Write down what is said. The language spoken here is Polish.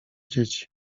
dzieci